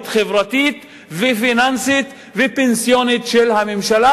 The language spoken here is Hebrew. חברתית ופיננסית ופנסיונית של הממשלה,